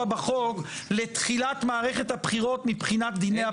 בחוק לתחילת מערכת הבחירות מבחינת דיני הבחירות.